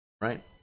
right